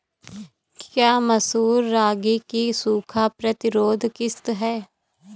क्या मसूर रागी की सूखा प्रतिरोध किश्त है?